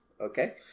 Okay